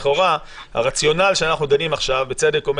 לכאורה הרציונל שאנחנו דנים עכשיו בצדק אומר